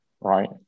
right